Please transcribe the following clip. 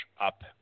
Up